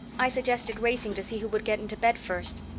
i suggested racing to see who would get into bed first.